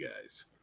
guys